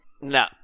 No